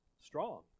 strong